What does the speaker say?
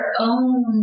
own